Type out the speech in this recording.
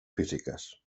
físiques